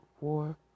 War